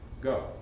Go